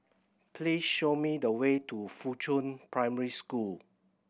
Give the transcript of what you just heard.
please show me the way to Fuchun Primary School